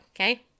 okay